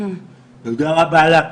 --- תודה רבה לך.